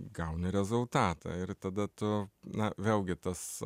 gauni rezultatą ir tada tu na vėlgi tas